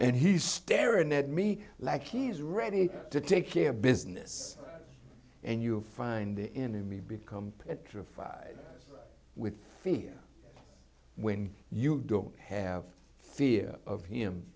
and he's staring at me like he is ready to take your business and you find the enemy become petrified with fear when you don't have fear of him